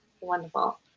Wonderful